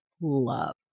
love